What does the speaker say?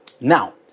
Now